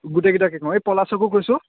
গোটেইকেইটাকে ক'ম এই পলাশকো কৈছোঁ